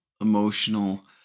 emotional